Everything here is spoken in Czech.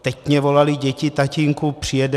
Teď mně volali děti: Tatínku, přijedeš?